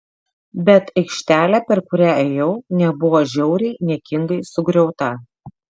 bet aikštelė per kurią ėjau nebuvo žiauriai niekingai sugriauta